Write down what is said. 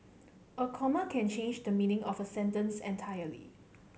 a comma can change the meaning of a sentence entirely